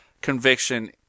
conviction